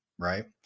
Right